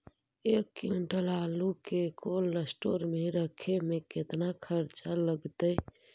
एक क्विंटल आलू के कोल्ड अस्टोर मे रखे मे केतना खरचा लगतइ?